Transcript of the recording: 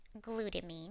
glutamine